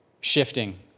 shifting